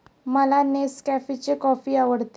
मला नेसकॅफेची कॉफी आवडते